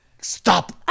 stop